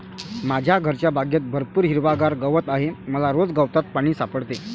माझ्या घरच्या बागेत भरपूर हिरवागार गवत आहे मला रोज गवतात पाणी सापडते